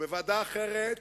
בוועדה אחרת